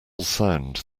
sound